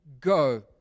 go